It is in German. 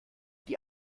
die